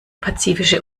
pazifische